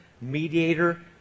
Mediator